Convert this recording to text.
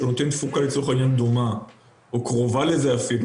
שנותן תפוקה דומה או קרובה לזה אפילו,